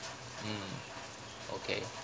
mm okay